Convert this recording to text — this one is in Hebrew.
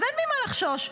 אז אין ממה לחשוש.